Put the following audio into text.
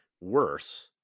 worse